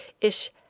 Ish